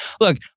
Look